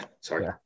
sorry